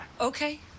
Okay